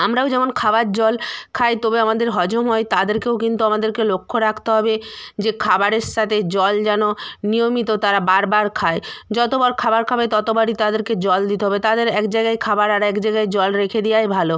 আমরাও যেমন খাবার জল খাই তবে আমাদের হজম হয় তাদেরকেও কিন্তু আমাদেরকে লক্ষ্য রাখতে হবে যে খাবারের সাতে জল যেন নিয়মিত তারা বার বার খায় যতবার খাবার খাবে ততবারই তাদেরকে জল দিতে হবে তাদের এক জায়গায় খাবার আর এক জায়গায় জল রেখে দেওয়াই ভালো